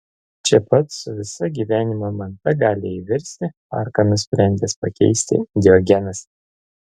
čia pat su visa gyvenimo manta gali įvirsti parką nusprendęs pakeisti diogenas